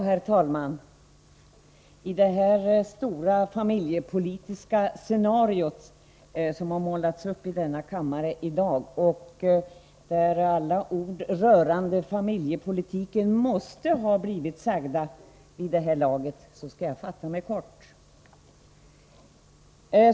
Herr talman! I det stora familjepolitiska scenario som har målats upp i denna kammare i dag där alla ord rörande familjepolitiken vid det här laget måste ha blivit sagda skall jag fatta mig kort.